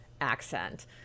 accent